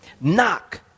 Knock